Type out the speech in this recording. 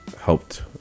helped